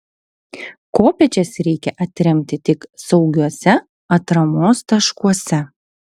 kopėčias reikia atremti tik saugiuose atramos taškuose